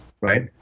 right